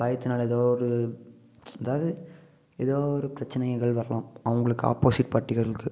பயத்துனால எதோ ஒரு எதாது எதோ ஒரு பிரச்சனைகள் வரலாம் அவங்களுக்கு ஆப்போசிட் பார்ட்டிகளுக்கு